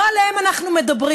לא עליהם אנחנו מדברים.